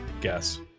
guess